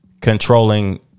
Controlling